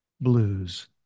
Blues